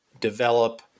develop